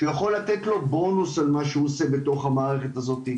שיכול לתת לו בונוס על מה שהוא עושה בתוך המערכת הזאת.